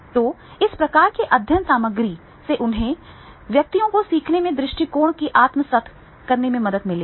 तो इस प्रकार की अध्ययन सामग्री से उन्हें व्यक्तियों में सीखने के दृष्टिकोण को आत्मसात करने में मदद मिलेगी